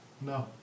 No